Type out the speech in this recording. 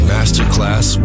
Masterclass